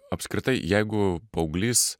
apskritai jeigu paauglys